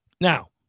Now